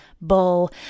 bull